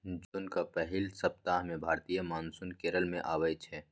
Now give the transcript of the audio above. जुनक पहिल सप्ताह मे भारतीय मानसून केरल मे अबै छै